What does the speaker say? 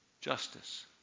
justice